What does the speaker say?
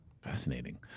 Fascinating